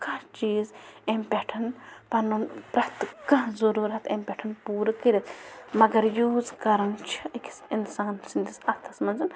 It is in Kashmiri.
کانٛہہ چیٖز أمۍ پٮ۪ٹھ پَنُن پرٛٮ۪تھ کانٛہہ ضٔروٗرَت أمۍ پٮ۪ٹھ پوٗرٕ کٔرِتھ مگر یوٗز کَرُن چھُ أکِس اِنسان سٕنٛدِس اَتھَس منٛز